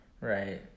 right